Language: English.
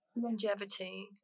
longevity